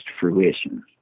fruition